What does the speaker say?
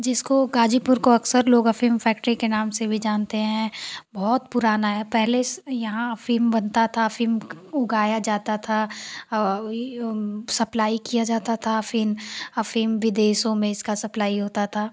जिसको गाज़ीपुर को अक्सर लोग अफ़ीम फैक्ट्री के नाम से भी जानते हैं बहुत पुराना है पहले यहाँ अफ़ीम बनता था अफ़ीम उगाया जाता था सप्लाई की जाती थी अफ़ीम अफ़ीम विदेश में इसकी सप्लाई होती थी